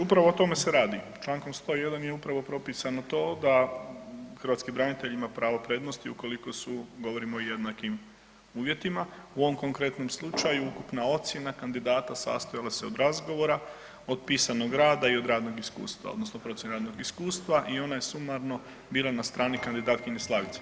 Upravo o tome se radi, čl. 101. je upravo propisano to da hrvatski branitelj ima pravo prednosti ukoliko su, govorimo o jednakim uvjetima, u ovom konkretnom slučaju ukupna ocjena kandidata sastojala se od razgovora, od pisanog rada i od radnog iskustva odnosno procijene radnog iskustva i ona je sumarno bila na strani kandidatkinje Slavice.